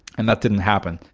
and that didn't happen.